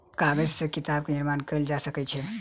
कागज से किताब के निर्माण कयल जा सकै छै